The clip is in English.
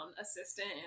assistant